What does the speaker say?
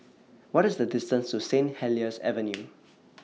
What IS The distance to St Helier's Avenue